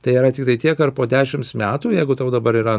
tai yra tiktai tiek ar po dešims metų jeigu tau dabar yra